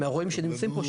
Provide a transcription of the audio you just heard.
הרועים שנמצאים פה,